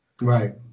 Right